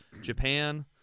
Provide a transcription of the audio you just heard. Japan